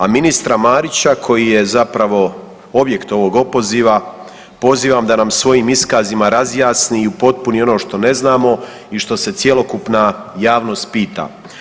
A ministra Marića koji je zapravo objekt ovog opoziva, pozivam da nam svojim iskazima razjasni i upotpuni ono što ne znamo i što se cjelokupna javnost pita.